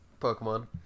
Pokemon